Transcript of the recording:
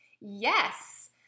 Yes